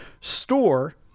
store